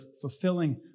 fulfilling